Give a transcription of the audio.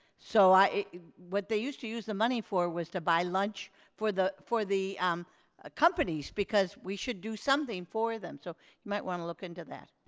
so what they used to use the money for was to buy lunch for the for the um ah companies because we should do something for them so you might want to look into that,